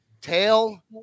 Tail